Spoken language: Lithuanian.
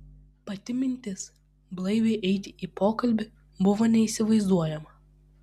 pati mintis blaiviai eiti į pokalbį buvo neįsivaizduojama